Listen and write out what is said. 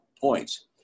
points